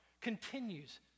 continues